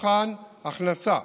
מבחן הכנסה,